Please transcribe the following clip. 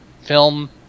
film